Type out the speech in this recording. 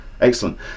Excellent